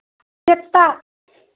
कितना